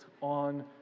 on